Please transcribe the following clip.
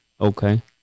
Okay